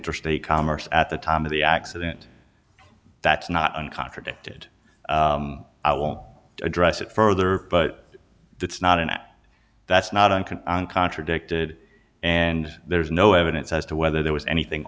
interstate commerce at the time of the accident that's not an contradicted i won't address it further but that's not an that's not on can contradicted and there's no evidence as to whether there was anything